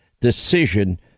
decision